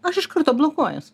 aš iš karto blokuojuos